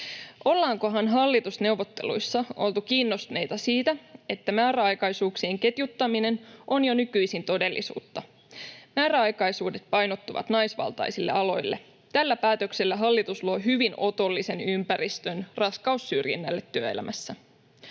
Ollaankohan hallitusneuvotteluissa oltu kiinnostuneita siitä, että määräaikaisuuksien ketjuttaminen on jo nykyisin todellisuutta? Määräaikaisuudet painottuvat naisvaltaisille aloille. Tällä päätöksellä hallitus luo hyvin otollisen ympäristön raskaussyrjinnälle työelämässä.